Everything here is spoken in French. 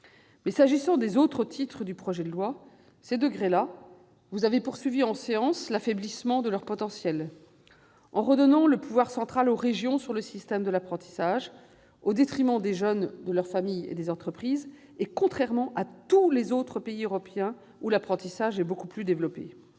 S'agissant des autres titres du projet de loi, les degrés dont je parlais, vous avez poursuivi en séance l'affaiblissement de leur potentiel. Ainsi, vous avez redonné le pouvoir central aux régions sur le système de l'apprentissage, au détriment des jeunes, de leur famille et des entreprises, et contrairement à la pratique de tous les autres pays européens, où l'apprentissage est beaucoup plus développé